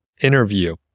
interview